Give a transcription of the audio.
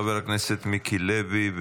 חבר הכנסת מיקי לוי,